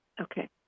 Okay